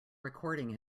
recording